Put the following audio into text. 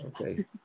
okay